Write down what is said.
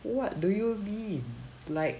what do you mean like